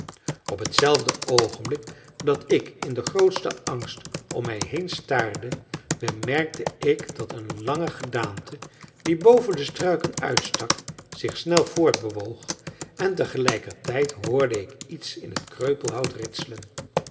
op hetzelfde oogenblik dat ik in den grootsten angst om mij heen staarde bemerkte ik dat een lange gedaante die boven de struiken uitstak zich snel voortbewoog en tegelijkertijd hoorde ik iets in het kreupelhout ritselen